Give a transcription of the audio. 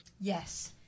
Yes